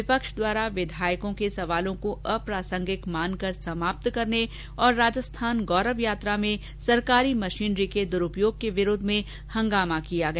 विपक्ष द्वारा विधायकों के सवालों को अप्रासंगिक मानकार समाप्त करने तथा राजस्थान गौरव यात्रा में सरकारी मषीनरी के द्रूपयोग के विरोध में हंगामा किया गया